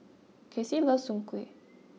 Kasey loves Soon Kway